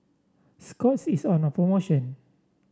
Scott's is on promotion